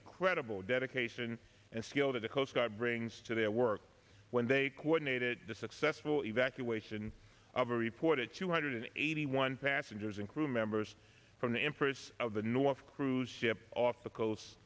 incredible dedication and skill that the coast guard brings to their work when they coordinated the successful evacuation of a reported two hundred eighty one passengers and crew members from the interests of the north cruise ship off the coast